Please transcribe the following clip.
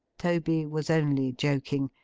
toby was only joking,